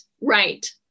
Right